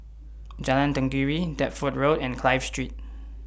Jalan Tenggiri Deptford Road and Clive Street